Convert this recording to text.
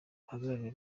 bahagarariye